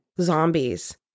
zombies